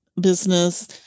business